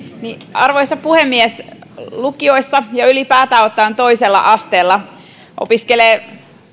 arvoisa puhemies lukioissa ja ylipäätään ottaen toisella asteella opiskelee